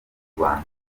rwanda